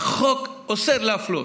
החוק אוסר להפלות,